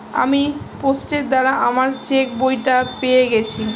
আমি পোস্টের দ্বারা আমার চেকবইটা পেয়ে গেছি